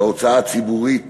וההוצאה הציבורית